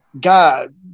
God